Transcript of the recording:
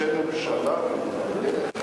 בדרך-ארץ, לראשי ממשלה במיוחד.